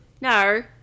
No